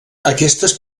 aquestes